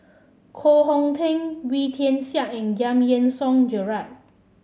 Koh Hong Teng Wee Tian Siak and Giam Yean Song Gerald